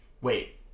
Wait